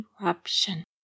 eruption